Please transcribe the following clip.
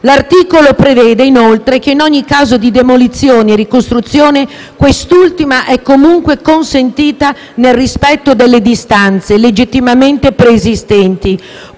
L'articolo prevede inoltre che, in ogni caso di demolizione e ricostruzione, quest'ultima è comunque consentita nel rispetto delle distanze legittimamente preesistenti,